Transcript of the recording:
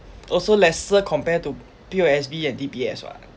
also lesser compared to P_O_S_B and D_B_S [what]